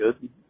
good